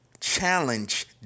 Challenge